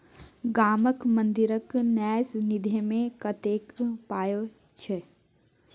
गामक मंदिरक न्यास निधिमे कतेक पाय छौ